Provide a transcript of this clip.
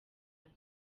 mali